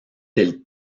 del